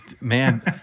man